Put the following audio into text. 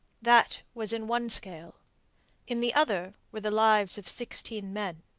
that was in one scale in the other were the lives of sixteen men.